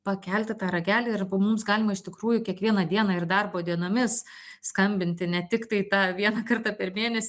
pakelti tą ragelį ir mums galima iš tikrųjų kiekvieną dieną ir darbo dienomis skambinti ne tiktai tą vieną kartą per mėnesį